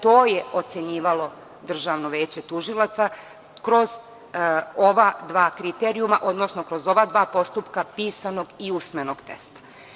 To je ocenjivalo DVT kroz ova dva kriterijuma, odnosno kroz ova dva postupka pisanog i usmenog testa.